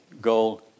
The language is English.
goal